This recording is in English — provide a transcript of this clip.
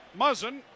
Muzzin